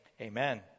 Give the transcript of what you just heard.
Amen